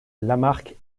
lamarque